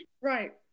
right